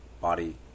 body